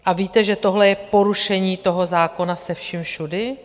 A víte, že tohle je porušení toho zákona se vším všudy?